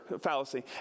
fallacy